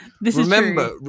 Remember